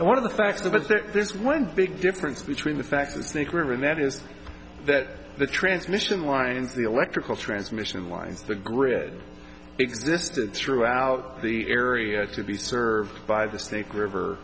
and one of the facts of us there's one big difference between the facts of the snake river and that is that the transmission lines the electrical transmission lines the grid existed throughout the area to be served by the snake river